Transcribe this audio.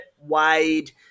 Wade